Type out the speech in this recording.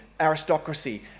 aristocracy